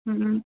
हुँ